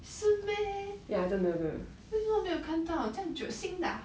是 meh 为什么我没有看到这样久新的 ah